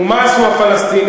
ומה עשו הפלסטינים?